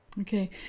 Okay